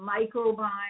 microbiome